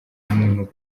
umuntu